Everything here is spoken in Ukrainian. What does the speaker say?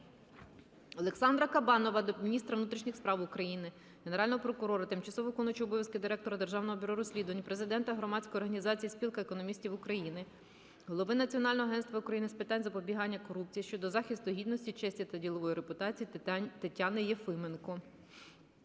Олександра Кабанова до міністра внутрішніх справ України, Генерального прокурора, тимчасово виконуючої обов'язки директора Державного бюро розслідувань, президента Громадської організації «Спілка економістів України», голови Національного агентства України з питань запобігання корупції щодо захисту гідності, честі та ділової репутації Тетяни Єфименко.